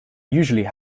usually